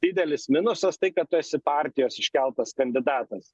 didelis minusas tai kad tu esi partijos iškeltas kandidatas